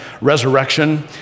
resurrection